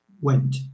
went